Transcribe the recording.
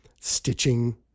stitching